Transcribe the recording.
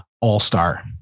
all-star